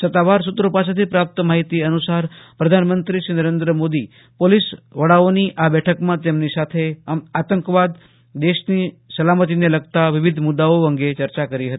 સતાવાર સુત્રો પાસેથી પ્રાપ્ત માહિતી અનુસાર પ્રધાનમંત્રી શ્રી નરેન્દ્ર મોદીએ પોલીસ વડાઓની આ બેઠકમાં તેમની સાથે આંતકવાદ દેશની સલામતીને લગતા વિવિધ મુદાઓ અંગે ચર્ચા કરી હતી